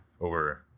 over